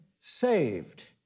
saved